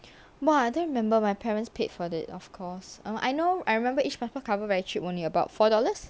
!wah! I don't remember my parents paid for it of course I know I remember each passport cover very cheap only about four dollars